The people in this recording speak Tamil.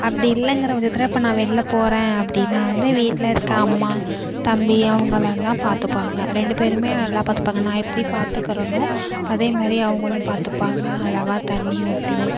அப்படி இல்லைங்கிற பட்சத்தில் இப்போ நான் வெளில போகிறேன் அப்படின்னா வந்து வீட்டில் இருக்க அம்மா தம்பி அவங்களாம் தான் பார்த்துப்பாங்க ரெண்டு பேரும் நல்லா பார்த்துப்பாங்க நான் எப்படி பார்த்துக்கிறனோ அதேமாதிரி அவங்களும் பார்த்துப்பாங்க அளவாக தண்ணிர் ஊற்றி